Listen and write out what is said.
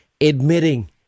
admitting